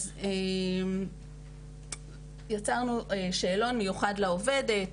אז יצרנו שאלון מיוחד לעובדת,